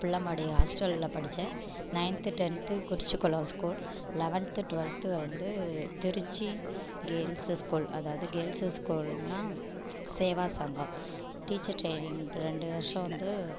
புள்ளம்பாடி ஹாஸ்டலில் படிச்சேன் ninth tenth Kurichikulam school eleventh twelfth வந்து திருச்சி கேர்ள்ஸஸ் ஸ்கூல் அதாவது கேர்ள்ஸஸ் ஸ்கூல்னா சேவா சங்கம் டீச்சர் டிரைனிங் ரெண்டு வருஷம் வந்து